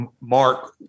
Mark